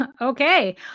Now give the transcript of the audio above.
Okay